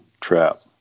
trap